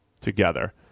together